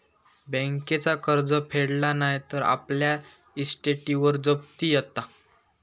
बँकेचा कर्ज फेडला नाय तर आपल्या इस्टेटीवर जप्ती येता